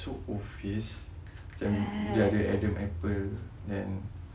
so obvious cam dia ada adam apple and